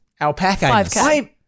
Alpaca